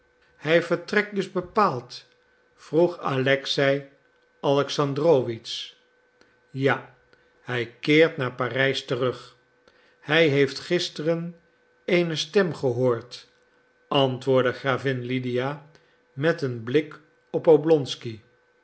hij vertrekt dus bepaald vroeg alexei alexandrowitsch ja hij keert naar parijs terug hij heeft gisteren eene stem gehoord antwoordde gravin lydia met een blik op oblonsky